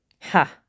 Ha